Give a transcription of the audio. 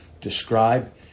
describe